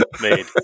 made